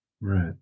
Right